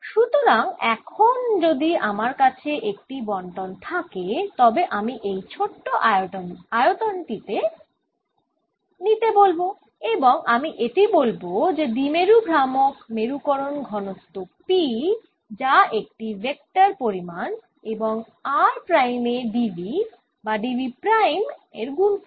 সুতরাং এখন যদি আমার কাছে একটি বণ্টন থাকে তবে আমি এই ছোট আয়তনটি নিতে বলব এবং আমি এটি বলব যে দ্বিমেরু ভ্রামক মেরুকরণ ঘনত্ব P যা একটি ভেক্টর পরিমাণ এবং r প্রাইমে dv বা dv প্রাইম এর গুনফল